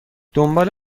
دنبال